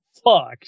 Fuck